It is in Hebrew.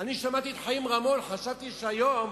שמעתי את חיים רמון, וחשבתי שהיום